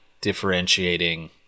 differentiating